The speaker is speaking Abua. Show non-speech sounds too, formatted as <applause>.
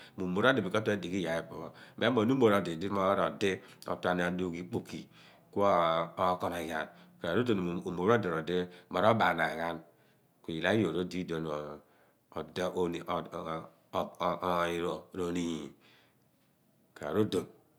Mo umor odi bin ka tue adighi i yaar phe pe pho. Me moogh ni umor odi, di otuan ghaan duugh ikpoki kuookonoghian gban bin ka rodon bin umor pho odi rodi robaanaanghan. Ku iyaal ayoor odi idipho <hesitation> oony ro/niin ka rodọn.